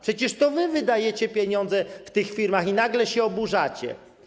Przecież to wy wydajecie pieniądze w tych firmach i nagle się oburzacie.